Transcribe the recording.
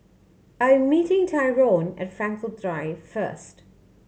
I am meeting Tyrone at Frankel Drive first